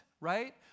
right